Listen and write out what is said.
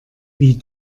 wie